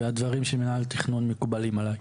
והדברים של מינהל התכנון מקובלים עליי.